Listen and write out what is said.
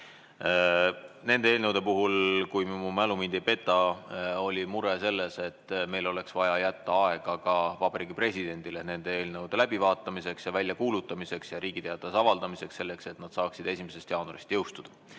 Nende eelnõude puhul, kui mu mälu mind ei peta, oli mure selles, et meil oleks vaja jätta aega ka Vabariigi Presidendile nende eelnõude läbivaatamiseks ja väljakuulutamiseks ja Riigi Teatajas avaldamiseks, selleks et nad saaksid 1. jaanuaril jõustuda.